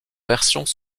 versions